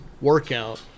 workout